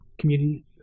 community